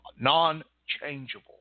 Non-changeable